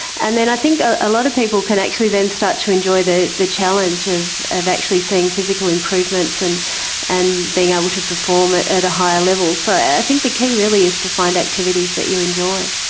and then i think a lot of people can actually then start to enjoy the the challenge of of actually seeing physical improvements and and being able to perform at at a higher level. so i think the key really is to find activities that you enjoy.